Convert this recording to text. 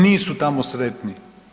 Nisu tamo sretni.